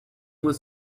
was